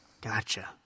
Gotcha